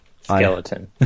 Skeleton